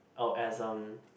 oh as um